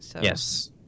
Yes